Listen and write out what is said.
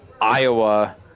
Iowa